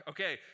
Okay